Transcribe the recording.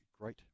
Great